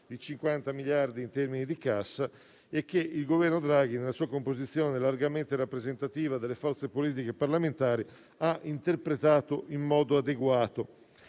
di 50 miliardi di euro in termini di cassa, che il Governo Draghi, nella sua composizione largamente rappresentativa delle forze politiche parlamentari, ha interpretato in modo adeguato.